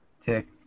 Tick